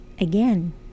Again